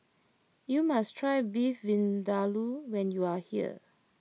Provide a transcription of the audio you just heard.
you must try Beef Vindaloo when you are here